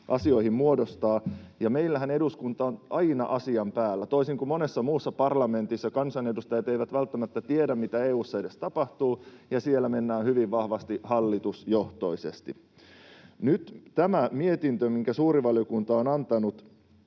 asioihin muodostaa. Ja meillähän eduskunta on aina asian päällä, toisin kuin monessa muussa parlamentissa: kansanedustajat eivät välttämättä tiedä, mitä EU:ssa edes tapahtuu, ja siellä mennään hyvin vahvasti hallitusjohtoisesti. Nyt tämä mietintö, minkä suuri valiokunta on antanut,